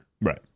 right